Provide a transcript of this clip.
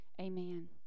Amen